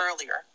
earlier